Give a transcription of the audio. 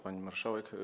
Pani Marszałek!